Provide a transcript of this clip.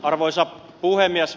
arvoisa puhemies